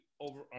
over